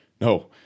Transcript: no